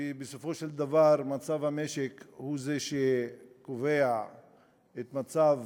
כי בסופו של דבר מצב המשק הוא זה שקובע את המצב